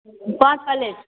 पाँच प्लेट